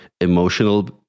emotional